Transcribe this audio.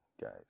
Guys